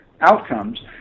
outcomes